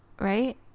right